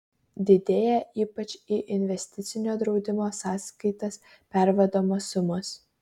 didėja ypač į investicinio draudimo sąskaitas pervedamos sumos